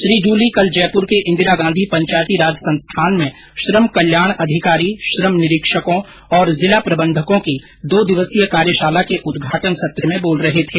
श्री जूली कल जयपुर के इंदिरा गांधी पंचायती राज संस्थान में श्रम कल्याण अधिकारी श्रम निरीक्षकों और जिला प्रबंधकों की दो दिवसीय कार्यशाला के उद्घाटन सत्र में बोल रहे थे